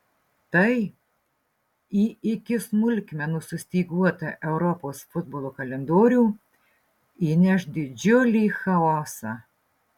tai į iki smulkmenų sustyguotą europos futbolo kalendorių įneš didžiulį chaosą